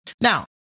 Now